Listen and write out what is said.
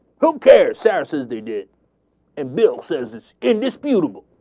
who cares? sarah says they did and bill says it's indisputable.